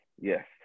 Yes